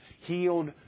healed